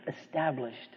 established